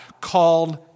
called